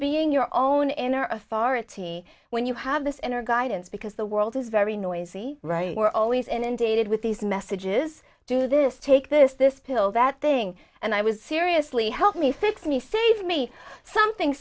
being your own inner authority when you have this inner guidance because the world is very noisy right we're always inundated with these messages do this take this this pill that thing and i was seriously help me fix me save me something